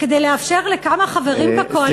כדי לאפשר לכמה חברים בקואליציה להראות הישגים.